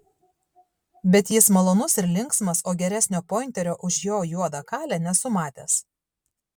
bet jis malonus ir linksmas o geresnio pointerio už jo juodą kalę nesu matęs